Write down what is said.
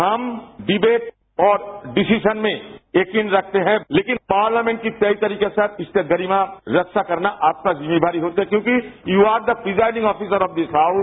हम डिवेट और डिसीजन में यकीन रखते हैं लेकिन पार्लियामेंट की सही तरीके से इसकी गरिमा की रक्षा करना आपकी जिम्मेवारी होता है क्योंकि you are the presiding officer this house